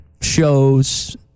show's